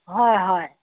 হয় হয়